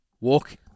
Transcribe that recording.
Walk